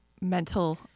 Mental